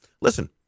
Listen